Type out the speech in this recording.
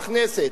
לכנסת.